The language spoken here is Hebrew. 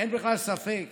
אין בכלל ספק